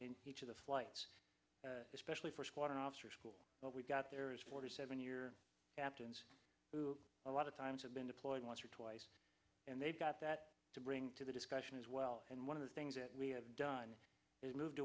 in each of the flights especially for what an officer school but we've got there is forty seven year captains who a lot of times have been deployed once or twice and they've got that to bring to the discussion as well and one of the things that we have done is moved